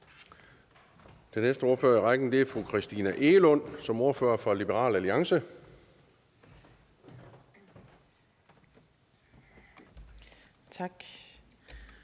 Den næste ordfører i rækken er fru Christina Egelund som ordfører for Liberal Alliance.